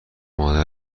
مادر